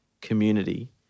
community